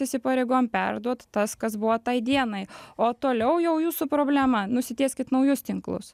įsipareigojam perduot tas kas buvo tai dienai o toliau jau jūsų problema nusitieskit naujus tinklus